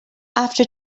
after